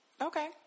Okay